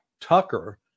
Tucker